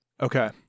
Okay